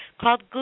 called